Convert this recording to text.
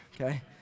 okay